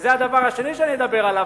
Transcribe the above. וזה הדבר השני שאני אדבר עליו.